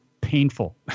painful